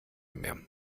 mehr